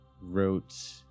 wrote